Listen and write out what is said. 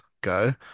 go